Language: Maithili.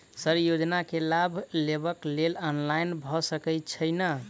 सर योजना केँ लाभ लेबऽ लेल ऑनलाइन भऽ सकै छै नै?